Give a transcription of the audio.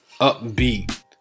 upbeat